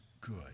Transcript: good